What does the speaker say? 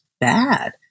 bad